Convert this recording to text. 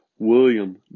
William